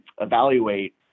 evaluate